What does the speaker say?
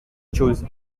chose